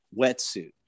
wetsuit